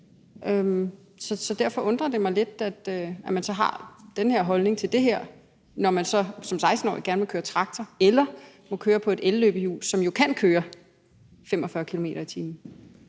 Derfor undrer det mig lidt, at Socialdemokratiet så har den holdning til det her, når man så som 16-årig gerne må køre traktor eller må køre på et elløbehjul, som jo kan køre 45 km/t.